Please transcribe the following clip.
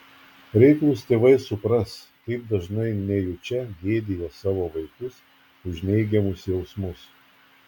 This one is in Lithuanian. reiklūs tėvai supras kaip dažnai nejučia gėdija savo vaikus už neigiamus jausmus